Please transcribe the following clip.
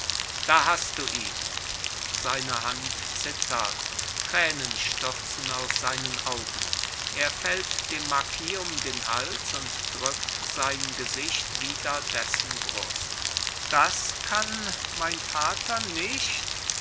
da hast du ihn seine hand zittert tränen stürzen aus seinen augen er fällt dem marquis um den hals und drückt sein gesicht wider dessen brust das kann mein vater nicht